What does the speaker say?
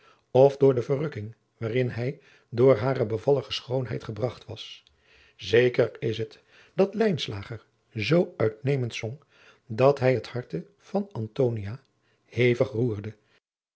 of door de verrukking waarin hij door hare bevallige schoonheid gebragt was zeker is het dat lijnslager zoo uitnemend zong dat hij het harte van antonia hevig roerde